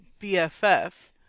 BFF